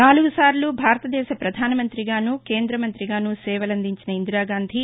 నాలుగు సార్ల భారతదేశ ప్రధానమంతిగానూ కేంద్రమంతిగానూ సేవలందించిన ఇందిరాగాంధీ